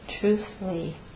truthfully